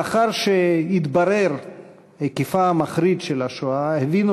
לאחר שהתברר היקפה המחריד של השואה הבינו